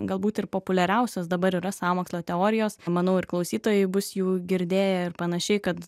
galbūt ir populiariausios dabar yra sąmokslo teorijos manau ir klausytojai bus jų girdėję ir panašiai kad